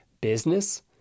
business